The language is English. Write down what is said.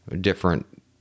different